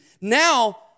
now